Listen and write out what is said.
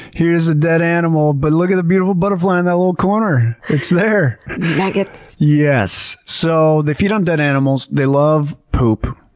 here's a dead animal, but look at the beautiful butterfly in that little corner! it's there! and maggots. yes. so, they feed on dead animals. they love poop.